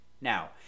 Now